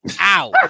Ow